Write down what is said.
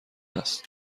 است